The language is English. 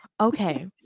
okay